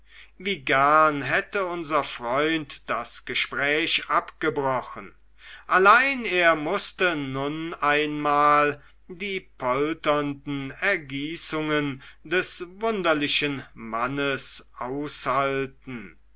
wie gern hätte unser freund das gespräch abgebrochen allein er mußte nun ein mal die polternden ergießungen des wunderlichen mannes aushalten